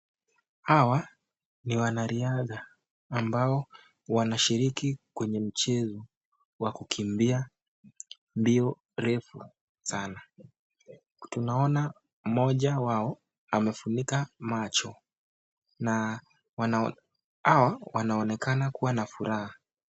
Hawa ni wanariadha ambao wanashiriki kwenye mchezo wa kukimbia mbio refu sana , tunaona mmoja wao amefunika macho na hawa wanaonekana kuwa na furaha.